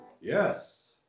yes